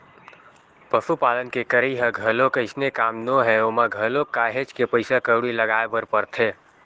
पसुपालन के करई ह घलोक अइसने काम नोहय ओमा घलोक काहेच के पइसा कउड़ी लगाय बर परथे